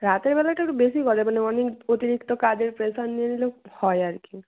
রাতের বেলাটায় একটু বেশি করে মানে অনেক অতিরিক্ত কাজের প্রেশার নিয়ে নিলে হয় আর কি